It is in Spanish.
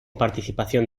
participación